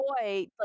boy